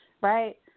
right